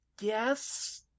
Yes